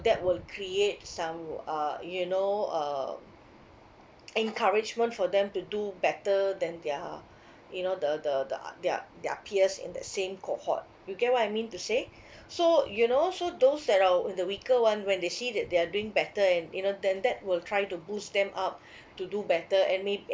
that will create some uh you know um encouragement for them to do better than their you know the the the uh their their peers in that same cohort you get what I mean to say so you know so those that are the weaker one when they see that they're doing better and you know then that will try to boost them up to do better and may